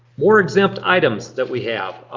more exempt items that we have.